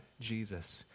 Jesus